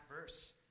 verse